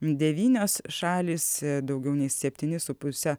devynios šalys daugiau nei septyni su puse